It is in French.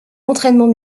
entraînement